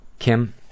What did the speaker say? Kim